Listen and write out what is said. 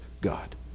God